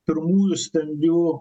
pirmųjų stambių